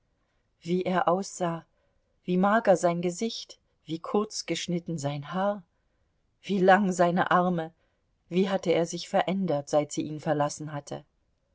wie er aussah wie mager sein gesicht wie kurzgeschnitten sein haar wie lang seine arme wie hatte er sich verändert seit sie ihn verlassen hatte